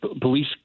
police